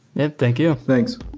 and thank you thanks